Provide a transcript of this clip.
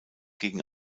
gegen